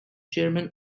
chairman